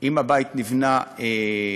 אם אין צו הריסה על הבית, אם הבית נבנה,